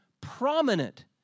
prominent